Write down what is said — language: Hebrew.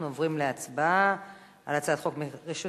אנחנו עוברים להצבעה על הצעת חוק רשות